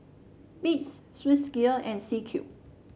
Beats Swissgear and C Cube